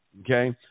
okay